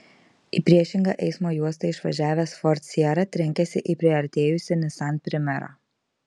į priešingą eismo juostą išvažiavęs ford sierra trenkėsi į priartėjusį nissan primera